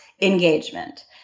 engagement